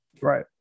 Right